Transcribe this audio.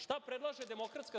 Šta predlaže DS?